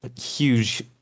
huge